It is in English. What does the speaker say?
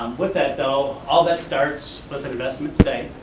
with that though, all that starts with an investment today,